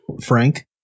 Frank